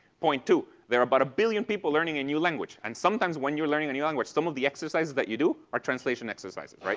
point two. there are about a billion people learning a new language. and sometimes when you're learning a new language some of the exercises that you do are translation exercises. right?